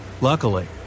Luckily